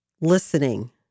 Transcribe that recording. listening